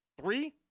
three